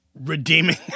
redeeming